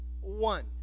one